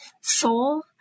soul